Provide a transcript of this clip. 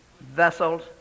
vessels